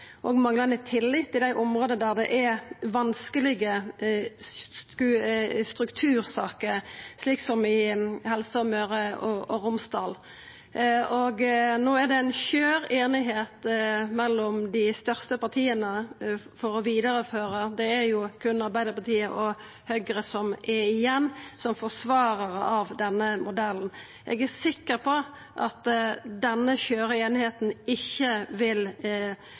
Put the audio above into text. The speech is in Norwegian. manglande tillit i dei områda der det er vanskelege struktursaker, som i Helse Møre og Romsdal. No er det ei skjør einigheit mellom dei største partia om å vidareføra modellen. Det er berre Arbeidarpartiet og Høgre som er igjen som forsvararar av han. Eg er sikker på at denne skjøre einigheita ikkje vil